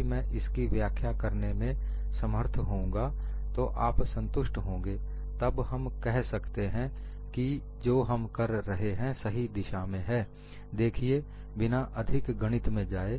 यदि मैं इसकी व्याख्या करने में समर्थ होंऊंगा तो आप संतुष्ट होंगे तब हम कह सकते हैं कि जो हम कर रहे हैं सही दिशा में है देखिए बिना अधिक गणित में जाए